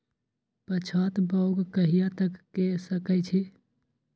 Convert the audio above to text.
पछात बौग कहिया तक के सकै छी?